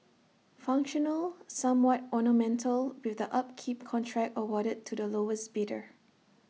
functional somewhat ornamental with the upkeep contract awarded to the lowest bidder